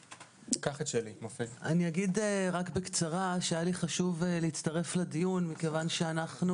אני אגיד רק בקצרה שהיה לי חשוב להצטרף לדיון מכיוון שאנחנו